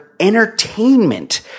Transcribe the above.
Entertainment